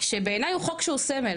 שבעיני הוא חוק שהוא סמל.